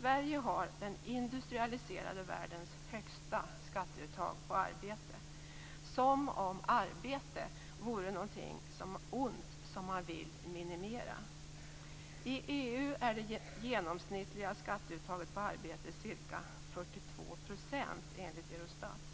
Sverige har den industrialiserade världens högsta skatteuttag på arbete, som om arbete vore någonting ont som man vill minimera. I EU är det genomsnittliga skatteuttaget på arbete ca 42 %, enligt Eurostat.